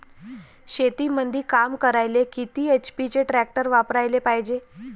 शेतीमंदी काम करायले किती एच.पी चे ट्रॅक्टर वापरायले पायजे?